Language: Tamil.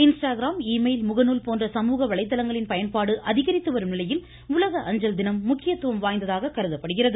இன்ஸ்டாகிராம் இமெயில் முகநூல் போன்ற சமூக வலைதளங்களின் பயன்பாடு அதிகரித்து வரும் நிலையில் உலக அஞ்சல் தினம் முக்கியத்துவம் பெறுகிறது